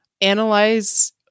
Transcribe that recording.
analyze